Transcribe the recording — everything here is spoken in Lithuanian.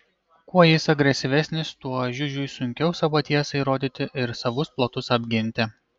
kuo jis agresyvesnis tuo žiužiui sunkiau savo tiesą įrodyti ir savus plotus apginti